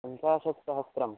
पञ्चाशत् सहस्रम्